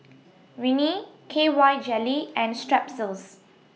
Rene K Y Jelly and Strepsils